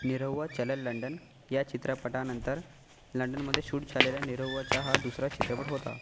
Nirahua Chalal London या चित्रपटानंतर लंडनमधे शूट झालेला निरहुआचा हा दुसरा चित्रपट होता